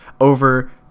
over